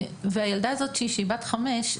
הילדה הזאת שהיא בת חמש,